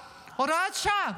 אז אתם בכל פעם, הוראת שעה.